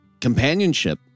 companionship